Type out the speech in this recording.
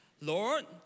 Lord